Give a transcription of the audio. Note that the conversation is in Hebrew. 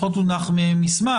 לפחות הונח מסמך.